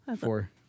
four